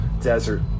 Desert